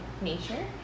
nature